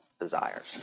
desires